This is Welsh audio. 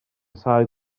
casáu